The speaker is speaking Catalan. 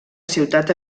ciutat